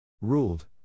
Ruled